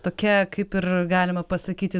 tokia kaip ir galima pasakyti